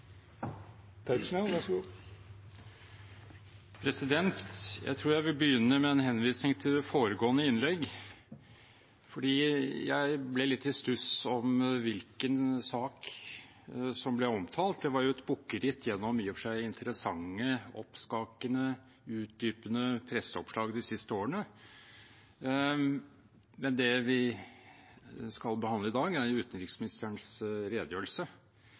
Jeg tror jeg vil begynne med en henvisning til det foregående innlegget, for jeg ble litt i stuss over hvilken sak som ble omtalt. Det var et bukkeritt gjennom i og for seg interessante, oppskakende og utdypende presseoppslag de siste årene, men det vi skal behandle i dag, er jo utenriksministerens redegjørelse.